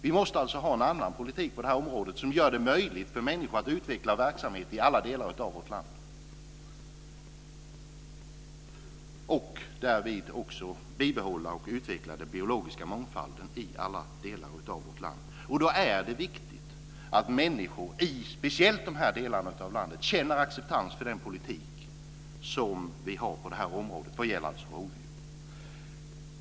Vi måste ha en annan politik på det här området som gör det möjligt för människor att utveckla verksamhet och därvid bibehålla och utveckla den biologiska mångfalden i alla delar av vårt land. Då är det viktigt att människor i speciellt dessa delar av landet känner acceptans för vår politik vad gäller rovdjur.